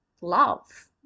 love